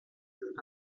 autres